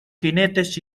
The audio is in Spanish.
jinetes